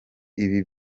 ibi